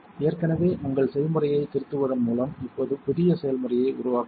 ஏற்கனவே உள்ள செய்முறையைத் திருத்துவதன் மூலம் இப்போது புதிய செய்முறையை உருவாக்குவோம்